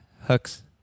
hooks